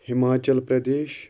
Himachal Pradesh